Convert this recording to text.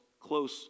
close